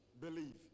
Believe